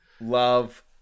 Love